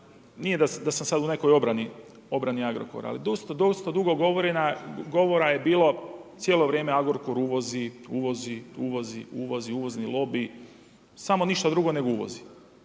nije da sam sad u nekoj obrani, obrani Agrokora ali dosta, dosta dugo govora je bilo cijelo vrijeme Agrokor uvozi, uvozi, uvozi, uvozni lobi, samo ništa nego uvozi.